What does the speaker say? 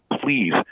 Please